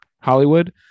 Hollywood